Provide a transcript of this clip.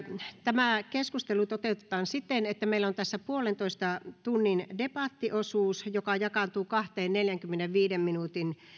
tämä keskustelu toteutetaan siten että meillä on tässä puolentoista tunnin debattiosuus joka jakaantuu kahteen neljänkymmenenviiden minuutin